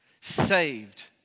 Saved